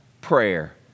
prayer